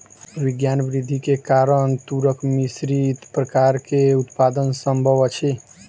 विज्ञान वृद्धि के कारण तूरक मिश्रित प्रकार के उत्पादन संभव अछि